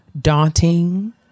daunting